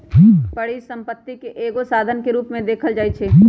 परिसम्पत्ति के एगो साधन के रूप में देखल जाइछइ